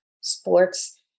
sports